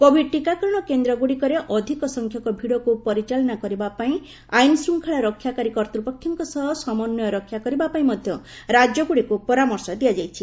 Covid ଟିକାକରଣ କେନ୍ଦ୍ର ଗୁଡ଼ିକରେ ଅଧିକ ସଂଖ୍ୟକ ଭିଡକୁ ପରିଚାଳନା କରିବା ପାଇଁ ଆଇନ୍ଶୃଙ୍ଖଳା ରକ୍ଷାକାରୀ କର୍ତ୍ତୃପକ୍ଷଙ୍କ ସହ ସମନ୍ଧୟ ରକ୍ଷା କରିବା ପାଇଁ ମଧ୍ୟ ରାଜ୍ୟଗୁଡ଼ିକୁ ପରାମର୍ଶ ଦିଆଯାଇଛି